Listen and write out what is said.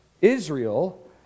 Israel